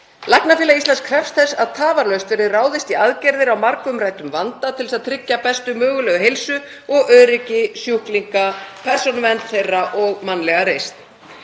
hættulegt. LÍ krefst þess að tafarlaust verði ráðist í aðgerðir á margumræddum vanda, til þess að tryggja bestu mögulegu heilsu og öryggi sjúklinga, persónuvernd þeirra og mannlega reisn.“